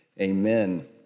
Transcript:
amen